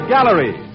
Gallery